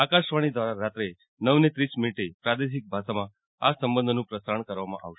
આકાશવાજી દ્વારા રાત્રે નવને ત્રીસ મિનિટે પ્રાદેશિક ભાષામાં આ સંબોધનનું પ્રસારણ કરવામાં આવશે